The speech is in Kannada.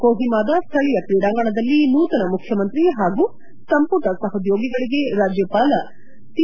ಕೊಹಿಮಾದ ಸ್ವಳೀಯ ಕ್ರೀಡಾಂಗಣದಲ್ಲಿ ನೂತನ ಮುಖ್ಯಮಂತ್ರಿ ಹಾಗೂ ಸಂಪುಟ ಸಹೊದ್ದೋಗಿಗಳಿಗೆ ರಾಜ್ಞಪಾಲ ಪಿ